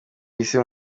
isi